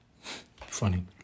Funny